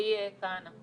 כמו שהתחייבתי בפנייך,